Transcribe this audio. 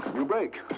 you break,